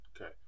Okay